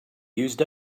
used